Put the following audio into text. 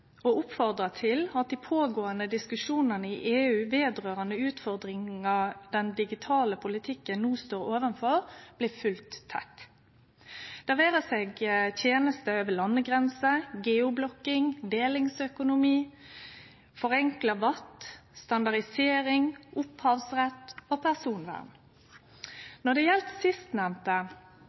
og oppfordrar til at dei pågåande diskusjonane i EU vedrørande utfordringar den digitale politikken no står overfor, blir følgde tett, det vere seg tenester over landegrenser, geoblocking, delingsøkonomi, forenkla VAT, standardisering, opphavsrett eller personvern. Når det gjeld sistnemnde,